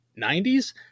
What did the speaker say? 90s